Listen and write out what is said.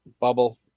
Bubble